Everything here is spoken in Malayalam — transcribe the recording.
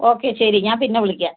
ഓക്കെ ശരി ഞാന് പിന്നെ വിളിക്കാം